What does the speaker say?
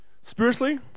Spiritually